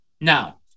Now